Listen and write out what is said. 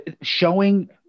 showing